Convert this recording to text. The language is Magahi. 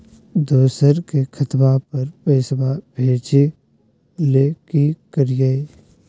दोसर के खतवा पर पैसवा भेजे ले कि करिए?